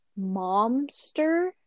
Momster